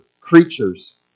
creatures